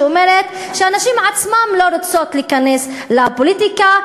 שאומרת שהנשים עצמן לא רוצות להיכנס לפוליטיקה,